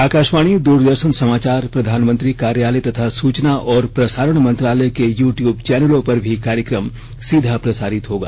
आकाशवाणी दूरदर्शन समाचार प्रधानमंत्री कार्यालय तथा सुचना और प्रसारण मंत्रालय के यूट्यूब चैनलों पर भी कार्यक्रम सीधा प्रसारित होगा